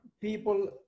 people